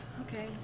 Okay